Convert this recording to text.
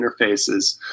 interfaces